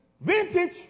Vintage